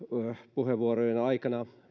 puheenvuorojen aikana